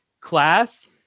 class